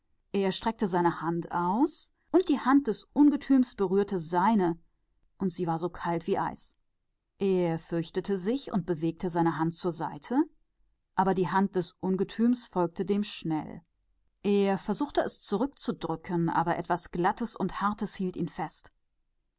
und streckte seine hand aus und die hand des scheusals berührte seine und sie war kalt wie eis ihm wurde angst und er streckte seine hand zur seite und die hand des scheusals folgte ihr flink er versuchte weiterzugehen aber etwas glattes und hartes hielt ihn